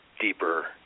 deeper